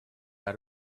out